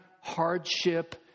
hardship